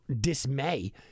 dismay